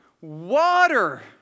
water